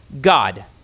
God